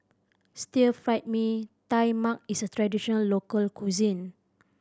Stir Fried Mee Tai Mak is a traditional local cuisine